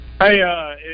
Hey